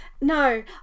No